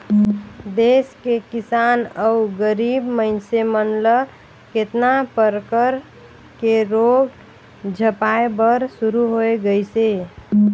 देस के किसान अउ गरीब मइनसे मन ल केतना परकर के रोग झपाए बर शुरू होय गइसे